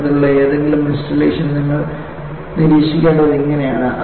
അത്തരത്തിലുള്ള ഏതെങ്കിലും ഇൻസ്റ്റാളേഷനുകൾ നിങ്ങൾ നിരീക്ഷിക്കേണ്ടത് ഇങ്ങനെയാണ്